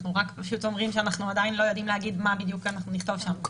אנחנו אומרים שאנחנו עדיין לא יודעים להגיד מה בדיוק אנחנו נכתוב שם.